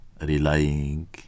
relying